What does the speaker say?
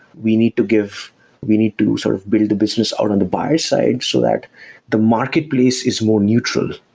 we need to give we need to sort of build the business out on the buyer side, so that the marketplace is more neutral.